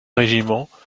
régiments